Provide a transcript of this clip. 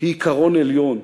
היא עיקרון עליון,